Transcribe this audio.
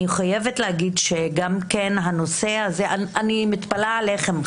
אני חייבת להגיד שגם כן הנושא הזה אני מתפלאה עליכם,